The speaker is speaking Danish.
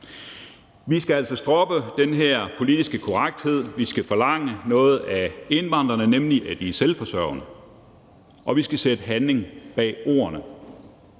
Vi skal altså stoppe den her politiske korrekthed, vi skal forlange noget af indvandrerne, nemlig at de er selvforsørgende, og vi skal sætte handling bag ordene